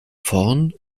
vorn